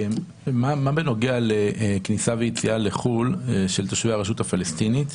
מה בנוגע לכניסה ויציאה לחו"ל של תושבי הרשות הפלשתינית,